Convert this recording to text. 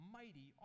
mighty